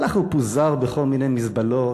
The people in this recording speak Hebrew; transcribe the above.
הלך ופוזר בכל מיני מזבלות,